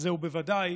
זהו בוודאי